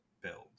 builds